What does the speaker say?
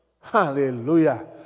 Hallelujah